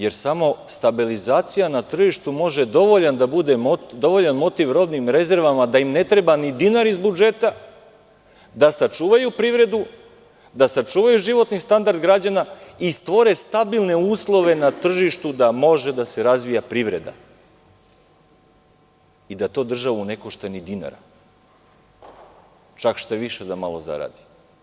Jer, samo stabilizacija na tržištu može da bude dovoljan motiv robnim rezervama da im ne treba ni dinar iz budžeta da sačuvaju privredu, da sačuvaju životni standard građana i stvore stabilne uslove na tržištu da može da se razvija privreda i da to državu ne košta ni dinara, čak šta-više, da malo zaradi.